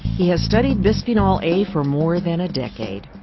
he has studied bisphenol a for more than a decade.